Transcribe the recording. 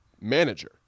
manager